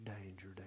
danger